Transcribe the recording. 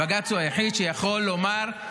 הבג"ץ הוא היחיד שיכול לבטל החלטת ממשלה.